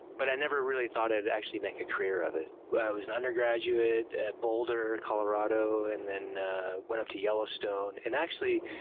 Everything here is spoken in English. but i never really thought i'd actually make a career of it. i was an undergraduate at boulder, colorado and then went up to yellowstone. and actually,